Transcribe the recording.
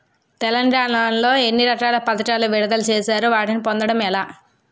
తెలంగాణ లో ఎన్ని రకాల పథకాలను విడుదల చేశారు? వాటిని పొందడం ఎలా?